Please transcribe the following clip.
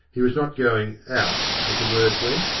he was not going out, as the word went,